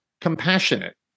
compassionate